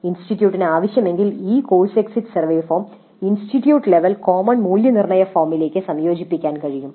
ഇൻസ്റ്റിറ്റ്യൂട്ടിന് ആവശ്യമെങ്കിൽ ഈ course exit survey form institute level common മൂല്യനിർണ്ണയ ഫോമിലേക്ക് സംയോജിപ്പിക്കാൻ കഴിയും